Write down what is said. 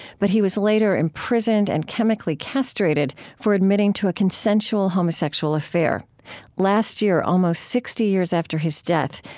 but he was later imprisoned and chemically castrated for admitting to a consensual homosexual affair last year, almost sixty years after his death,